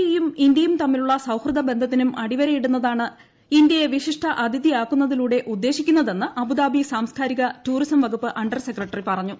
E യും ഇന്ത്യയും തമ്മിലുള്ള സൌഹൃദബന്ധത്തിനും അടിവരയിടുന്നതാണ് ഇന്തൃയെ വിശിഷ്ട അതിഥിയാക്കുന്നതിലൂടെ ഉദ്ദേശിക്കുന്നത് എന്ന് അബുദാബി സാംസ്കാരിക ടൂറിസം വകുപ്പ് അണ്ടർ സെക്രട്ടറി പറഞ്ഞു